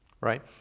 Right